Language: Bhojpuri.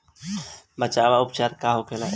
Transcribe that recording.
बचाव व उपचार का होखेला?